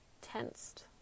tensed